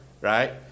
right